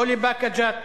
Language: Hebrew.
לא לבאקה-ג'ת,